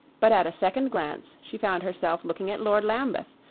but at a second glance she found herself looking at lord lambeth,